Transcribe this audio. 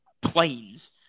planes